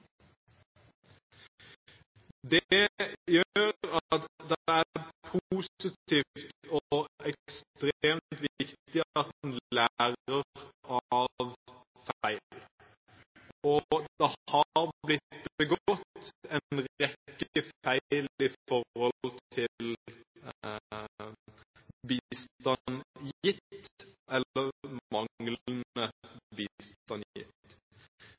Det gjør det positivt og ekstremt viktig at man lærer av feil. Det har blitt begått en rekke feil hva gjelder bistand gitt, eller